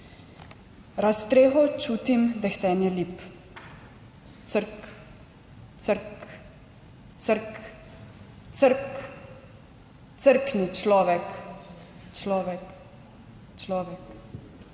Raz streho čutim dehtenje lip. Crk, crk, crk, crk, crkni, Človek, Človek, Človek.